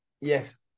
Yes